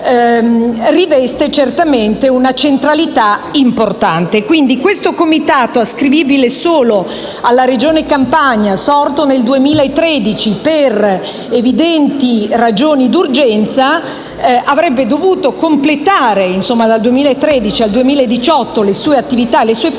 riveste certamente una centralità importante. L'attuale Comitato, ascrivibile solo alla Regione Campania e sorto nel 2013 per evidenti ragioni di urgenza, avrebbe dovuto completare, dal 2013 al 2018, le sue funzioni.